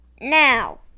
now